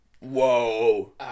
Whoa